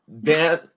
Dan